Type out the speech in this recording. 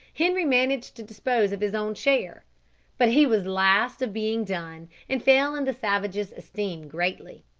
henri managed to dispose of his own share but he was last of being done, and fell in the savages' esteem greatly.